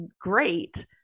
great